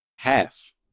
half